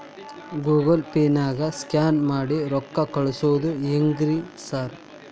Google ಪೇನಾಗ scan ಮಾಡಿ ರೊಕ್ಕಾ ಕಳ್ಸೊದು ಹೆಂಗ್ರಿ ಸಾರ್?